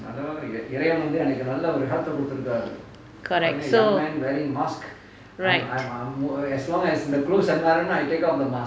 correct so right